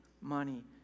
money